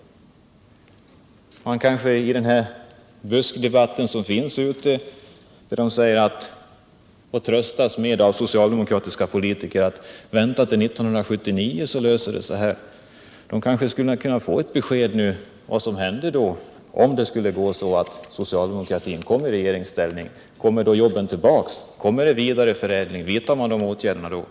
I den buskdebatt som förs ute i landet säger man att vi får tröst av en socialdemokratisk politiker som säger: vänta till 1979 så löser detta sig. Kanske man nu skulle kunna få ett besked om vad som kommer att hända om det skulle gå så att socialdemokratin kommer i regeringsställning. Kommer jobben då tillbaka, vidtar man dessa åtgärder då och kommer det att bli fråga om en vidareförädling?